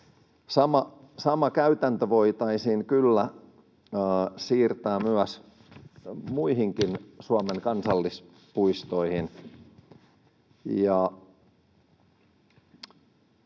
Sama käytäntö voitaisiin kyllä siirtää muihinkin Suomen kansallispuistoihin.